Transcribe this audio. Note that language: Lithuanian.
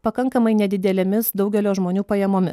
pakankamai nedidelėmis daugelio žmonių pajamomis